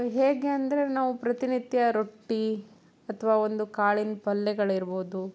ಹೇಗೆ ಅಂದರೆ ನಾವು ಪ್ರತಿನಿತ್ಯ ರೊಟ್ಟಿ ಅಥವಾ ಒಂದು ಕಾಳಿಂದು ಪಲ್ಯಗಳಿರ್ಬೋದು